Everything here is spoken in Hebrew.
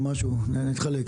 נתחלק.